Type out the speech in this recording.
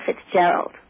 Fitzgerald